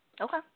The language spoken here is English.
Okay